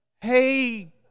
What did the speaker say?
Hey